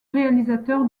réalisateur